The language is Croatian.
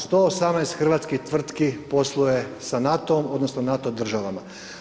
118 hrvatskih tvrtki posluje sa NATO odnosno, NATO državama.